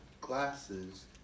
glasses